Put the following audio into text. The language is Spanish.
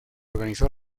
organizó